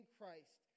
Christ